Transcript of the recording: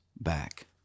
back